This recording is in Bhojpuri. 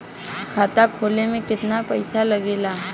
खाता खोले में कितना पईसा लगेला?